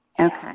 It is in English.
Okay